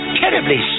terribly